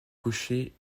cocher